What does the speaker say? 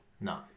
No